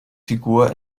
figur